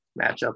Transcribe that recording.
matchup